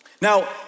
Now